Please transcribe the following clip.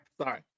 Sorry